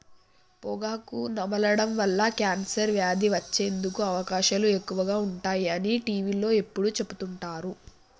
పొగాకు నమలడం వల్ల కాన్సర్ వ్యాధి వచ్చేందుకు అవకాశాలు ఎక్కువగా ఉంటాయి అని టీవీలో ఎప్పుడు చెపుతుంటారు